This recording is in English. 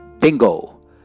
bingo